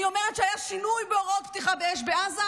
אני אומרת שהיה שינוי בהוראות פתיחה באש בעזה,